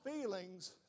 feelings